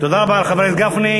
תודה רבה לחבר הכנסת גפני.